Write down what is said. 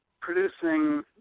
producing